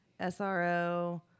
SRO